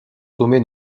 sommets